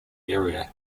area